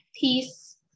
peace